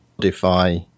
modify